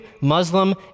Muslim